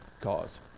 cause